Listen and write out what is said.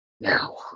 now